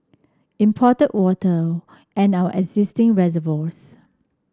imported water and our existing reservoirs